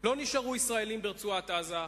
לא נשארו ישראלים ברצועת-עזה,